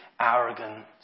arrogant